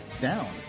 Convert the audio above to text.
down